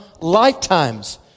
lifetimes